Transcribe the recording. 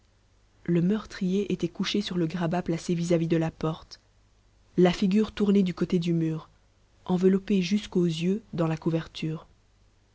le meurtrier était couché sur le grabat placé vis-à-vis la porte la figure tournée du côté du mur enveloppé jusqu'aux yeux dans la couverture